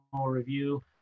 review